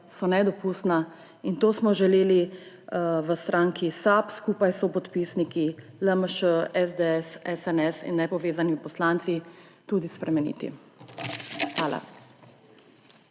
so nedopustna. In to smo želeli v stranki SAB skupaj s sopodpisniki LMŠ, SD, SNS in nepovezani poslanci tudi spremeniti. Hvala.